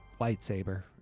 lightsaber